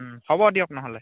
হ'ব দিয়ক নহ'লে